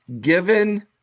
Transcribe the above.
given